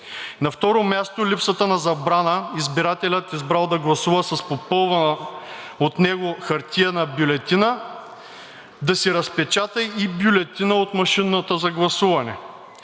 На второ място, липсата на забрана избирателят, избрал да гласува с попълнена от него хартиена бюлетина, да си разпечата и бюлетина от машината за гласуване.